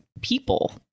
people